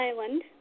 Island